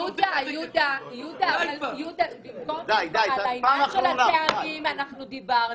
יהודה, על העניין של הטעמים כבר דיברנו.